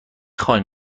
خاین